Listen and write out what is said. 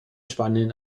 spanien